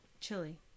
chili